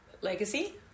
legacy